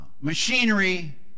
machinery